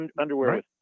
underwear